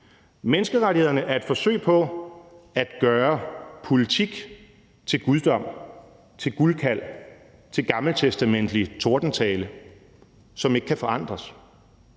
Menneskerettighederne er et forsøg på at gøre politik til guddom, til guldkalv, til gammeltestamentlig tordentale, som ikke kan forandres.